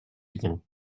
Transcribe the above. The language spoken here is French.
liens